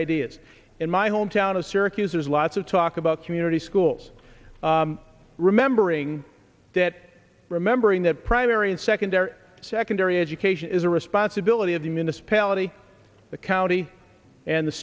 ideas in my home town of syracuse there's lots of talk about community schools remembering that remembering that primary and secondary secondary education is the responsibility of the municipality the county and the